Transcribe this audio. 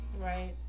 Right